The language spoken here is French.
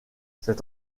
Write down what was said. cet